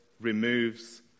removes